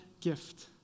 gift